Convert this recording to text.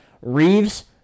Reeves